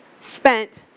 spent